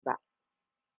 ba